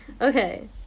Okay